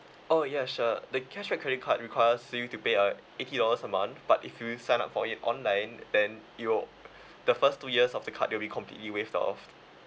oh ya sure the cashback credit card requires you to pay a eighty dollars a month but if you sign up for it online then it'll the first two years of the card will be completely waived off